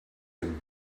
him